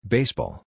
Baseball